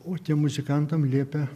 o tiem muzikantam liepė